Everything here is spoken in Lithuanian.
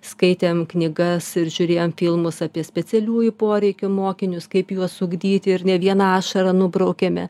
skaitėm knygas ir žiūrėjom filmus apie specialiųjų poreikių mokinius kaip juos ugdyti ir ne vieną ašarą nubraukėme